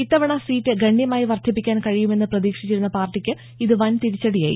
ഇത്തവണ സീറ്റ് ഗണ്യമായി വർദ്ധിപ്പിക്കാൻ കഴിയുമെന്ന് പ്രതീക്ഷിച്ചിരുന്ന പാർട്ടിക്ക് ഇത് വൻ തിരിച്ചടിയായി